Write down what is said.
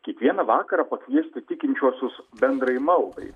kiekvieną vakarą pakviesti tikinčiuosius bendrai maldai